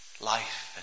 life